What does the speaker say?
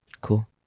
Cool